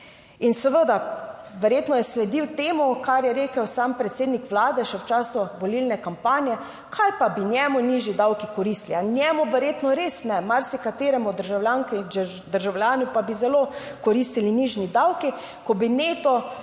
In seveda verjetno je sledil temu, kar je rekel sam predsednik Vlade še v času volilne kampanje: kaj pa bi njemu nižji davki koristili. Ja, njemu verjetno res ne, marsikateremu državljanke in državljanu pa bi zelo koristili nižji davki, ko bi neto